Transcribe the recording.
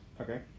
Okay